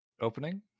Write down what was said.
Opening